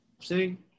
See